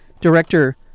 director